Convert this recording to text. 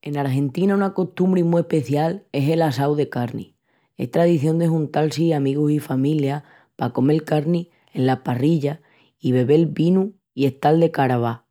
En Argentina una costumbri mu especial es el assau de carni. Es tradición de juntal-si amigus i familias pa comel carni ena parrilla i bebel vinu i estal de carava,